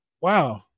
wow